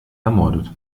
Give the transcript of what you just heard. ermordet